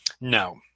No